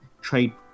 trade